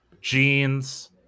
jeans